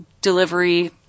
delivery